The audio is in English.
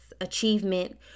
achievement